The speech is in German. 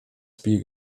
spiel